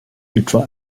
etwa